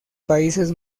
países